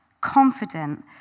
confident